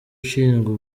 ushinzwe